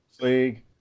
League